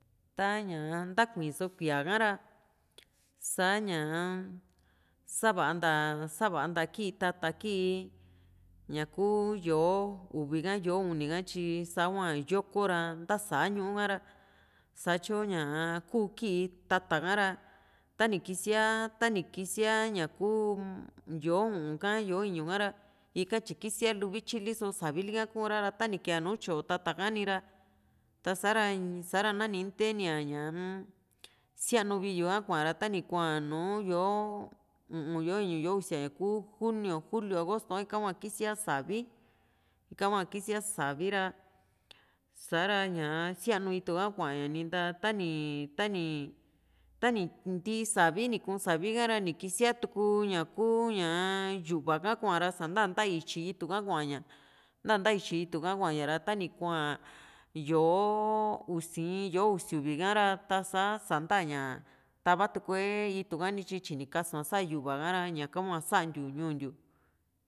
ta´ña nta kuii´so kuíaa ra sa´ñaa savanta savanta kii tata kii ñaku yó´o uvi ka yó´o uni ka tyi sahua yoko ra ntasa ñuu kara satyo ñaa kuu kii tata ka ra tani kisía tani kisía ña ku yó´o u´un ka y+o´o iñu kara ika tyi kisia kuvityili so savili ka kuu´ra ta ni kiía nu tyoo tata hani ra tasa ra sa´ra nani ntenia ñaa-m sianu viyu ha kuaña ra ta ni kuaa nùù yó´o u´un yó´o iñu yó´o usia ñaku junio julio agosto ka ika hua kisía savi ra sa´ra sianu itu ha kuaa´ña ninta ta´ni ta´ni tani ntii savi ni kuu´n savi kara ni kisíaa tuku ña ku ña ku ña yu´va ka kuara santa tani ityi itu ka kuaña nta natityi itu ka kua´ña ra tani kuaa yó´o usi in yó´o usi uvi kara tasa san´ta ña tavatuee itu kanityi tyini kasua sa yu´va ha´ra ñaka hua santiu ñuu ntiu